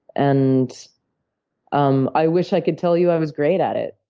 and um i wish i could tell you i was great at it.